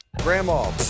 Grandma